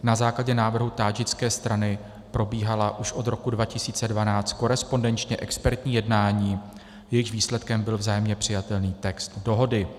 Na základě návrhu tádžické strany probíhala už od roku 2012 korespondenčně expertní jednání, jejichž výsledkem byl vzájemně přijatelný text dohody.